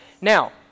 Now